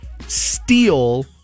steal